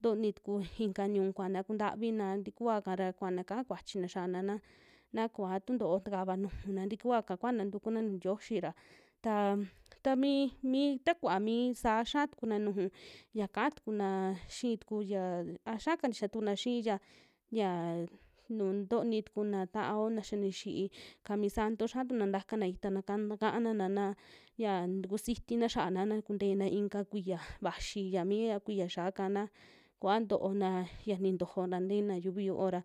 ntoni tuku inka ñu'un kuana kuntavina tikua'ka ra kuana ka'a kuachina xian na kua tuntoo takava nujuna, tikua'ka kuana ntukun nuju ntioxi ra ta tamii, mii takuva mi saa ya'a tukuna nuju ya ka'a tukuna xii tuku yaa a kixa ka ntixa ka tukuna xi'i ya, yaa nuu ntoni tukuna ta'ao na xia nixi'i kamisanto xiatuna ntakana itana'ka takaana'na, na ya tukusitiina xiaana na kuntena ika kuiya vaxi yami, ya kuiya xiaa'ka na kooa ntoona ya nintojona ntena yuvi yo'o ra.